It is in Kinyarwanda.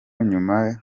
nyuma